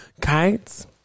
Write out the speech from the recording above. kites